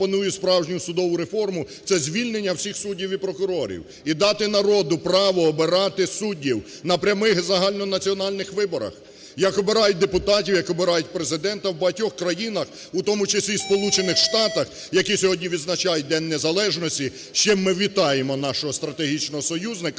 я пропоную справжню судову реформу – це звільнення всіх суддів і прокурорів, і дати народу право обирати суддів на прямих загальнонаціональних виборах, як обирають депутатів, як обирають президента в багатьох країнах, у тому числі і Сполучених Штатах, які сьогодні відзначають День незалежності, з чим ми вітаємо нашого стратегічного союзника,